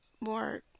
more